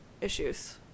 issues